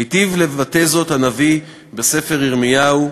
היטיב לבטא זאת הנביא בספר ירמיהו: